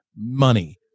money